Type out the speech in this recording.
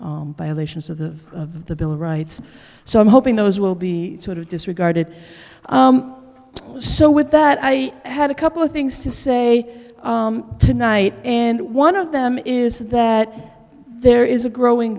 by lation of the of the bill of rights so i'm hoping those will be sort of disregarded so with that i had a couple of things to say tonight and one of them is that there is a growing